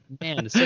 man